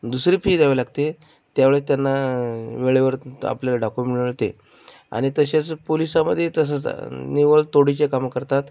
दुसरी फी द्यावी लागते त्यावेळी त्यांना वेळेवर आपल्याला डाकु मिळते आणि तसेच पोलिसामध्ये तसंच आहे निव्वळ तोडीचे काम करतात